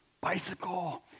bicycle